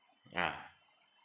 ya